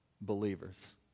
believers